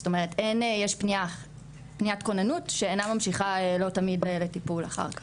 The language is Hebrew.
זאת אומרת יש פניית כוננות שלא תמיד ממשיכה לטיפול אחר כך.